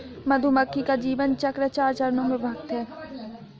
मधुमक्खी का जीवन चक्र चार चरणों में विभक्त है